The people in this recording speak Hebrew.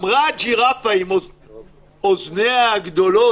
אמרה הג'ירפה עם אוזניה הגדולות,